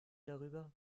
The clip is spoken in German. darüber